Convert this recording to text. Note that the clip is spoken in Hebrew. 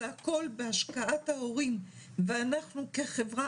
זה הכול בהשקעת ההורים ואנחנו כחברה